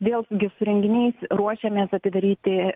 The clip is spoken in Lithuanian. vėl gi su renginiais ruošiamės atidaryti